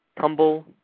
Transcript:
tumble